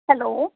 hello